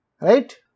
right